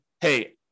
hey